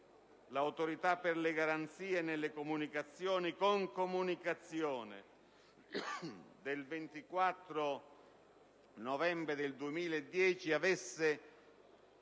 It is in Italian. l'Autorità per le garanzie nelle comunicazioni, con nota del 24 novembre 2010, avesse